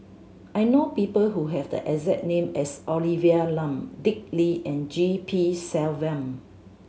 I know people who have the exact name as Olivia Lum Dick Lee and G P Selvam